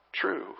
true